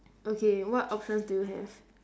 okay what options do you have